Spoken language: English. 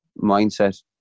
mindset